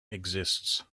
exists